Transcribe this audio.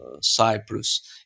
Cyprus